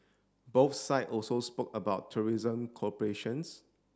both side also spoke about tourism cooperations